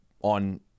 On